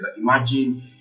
imagine